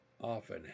often